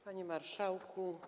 Panie Marszałku!